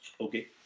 Okay